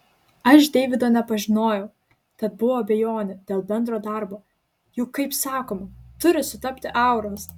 aš deivido nepažinojau tad buvo abejonių dėl bendro darbo juk kaip sakoma turi sutapti auros